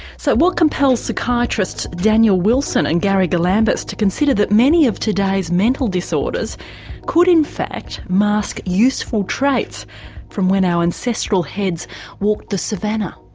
so what compels psychiatrist daniel wilson and gary galambos to consider that many of today's mental disorders could in fact mask useful traits from when our ancestral heads walked the savanna.